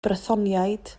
brythoniaid